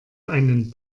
einen